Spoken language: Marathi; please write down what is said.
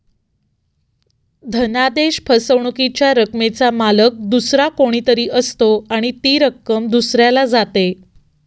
धनादेश फसवणुकीच्या रकमेचा मालक दुसरा कोणी तरी असतो आणि ती रक्कम दुसऱ्याला जाते